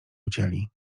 ucięli